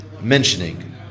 mentioning